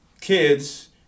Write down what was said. kids